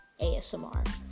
ASMR